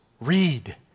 Read